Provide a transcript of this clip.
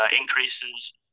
increases